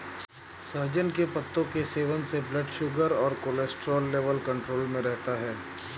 सहजन के पत्तों के सेवन से ब्लड शुगर और कोलेस्ट्रॉल लेवल कंट्रोल में रहता है